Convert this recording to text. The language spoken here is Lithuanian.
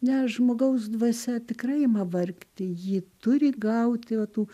ne žmogaus dvasia tikrai ima vargti ji turi gauti ot tų